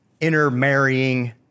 intermarrying